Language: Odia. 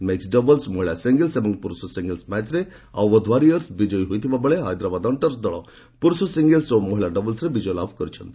ମିକୁଡ୍ ଡବଲ୍ସ ମହିଳା ସିଙ୍ଗିଲ୍ସ ଏବଂ ପୁରୁଷ ସିଙ୍ଗିଲ୍ସ ମ୍ୟାଚ୍ରେ ଅଓ୍ୱଧ ୱାରିୟର୍ସ ବିଜୟୀ ହୋଇଥିବା ବେଳେ ହାଇଦ୍ରାବାଦ ହଣ୍ଟର୍ସ ଦଳ ପୁରୁଷ ସିଙ୍ଗିଲ୍ସ ଓ ମହିଳା ଡବଲ୍ସରେ ବିଜୟ ଲାଭ କରିଥିଲେ